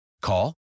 Call